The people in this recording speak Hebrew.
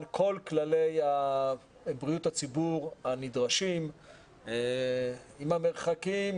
כל כללי בריאות הציבור הנדרשים עם המרחקים,